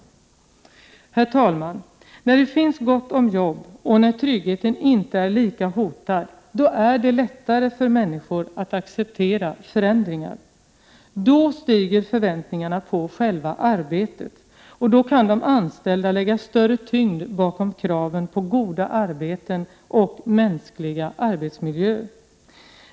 Herr talman! När det finns gott om jobb och när tryggheten inte är lika hotad, då är det lättare för människor att acceptera förändringar. Då stiger förväntningarna på själva arbetet. Då kan de anställda lägga större tyngd bakom kraven på goda arbeten och mänskliga arbetsmiljöer.